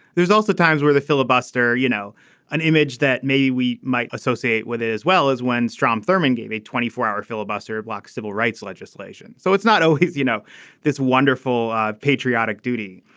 there's also times where the filibuster you know an image that maybe we might associate with it as well as when strom thurmond gave a twenty four hour filibuster to block civil rights legislation. so it's not oh he's you know this wonderful patriotic duty.